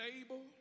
able